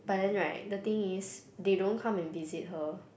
but then right the thing is they don't come and visit her